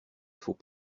faut